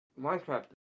Minecraft